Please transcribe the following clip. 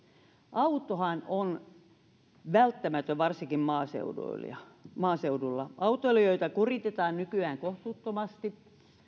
autohan on välttämätön varsinkin maaseudulla autoilijoita kuritetaan nykyään kohtuuttomasti